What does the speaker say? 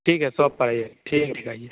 ठीक है शॉप पर आइए ठीक है ठीक है आइए